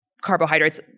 carbohydrates